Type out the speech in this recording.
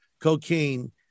cocaine